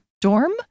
dorm